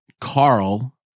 Carl